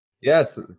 Yes